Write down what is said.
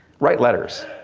write letters.